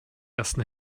ersten